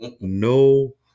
no